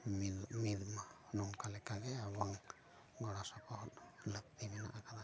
ᱢᱤᱫ ᱢᱤᱫᱢᱟ ᱱᱚᱝᱠᱟ ᱞᱮᱠᱟᱜᱮ ᱟᱵᱚᱣᱟᱜ ᱜᱚᱲᱚ ᱥᱚᱯᱚᱦᱚᱫ ᱞᱟᱹᱠᱛᱤ ᱢᱮᱱᱟᱜ ᱟᱠᱟᱫᱟ